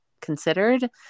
considered